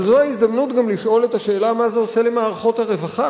אבל זו ההזדמנות גם לשאול את השאלה מה זה עושה למערכות הרווחה.